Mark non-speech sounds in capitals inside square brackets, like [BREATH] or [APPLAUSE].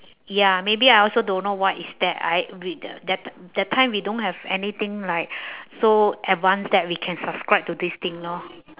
ya maybe I also don't know what is that I we the that the that time we don't have anything like [BREATH] so advanced that we can subscribe to this thing lor